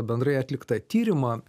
bendrai atliktą tyrimą